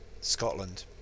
Scotland